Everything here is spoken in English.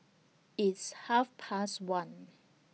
its Half Past one